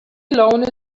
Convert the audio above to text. alone